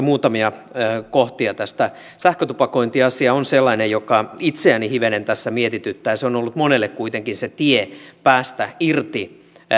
muutamia kohtia tämä sähkötupakointiasia on sellainen joka itseäni hivenen tässä mietityttää se on ollut monelle kuitenkin se tie päästä irti